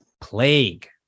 Plague